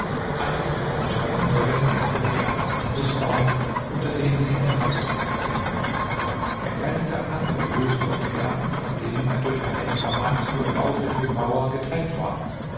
einige bäume standen darin in der mitte ein alter nußbaum unter dem sich eine holzbank befand er grenzte an andere höfe und gärten von denen er durch eine etwa mannshohe baufällige mauer getrennt war